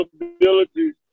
capabilities